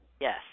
Yes